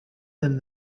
than